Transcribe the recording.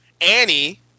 Annie